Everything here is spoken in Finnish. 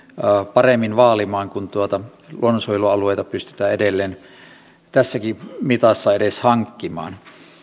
paremmin vaalimaan kun luonnonsuojelualueita pystytään edelleen tässäkin mitassa edes hankkimaan